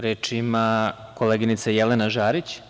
Reč ima koleginica Jelena Žarić.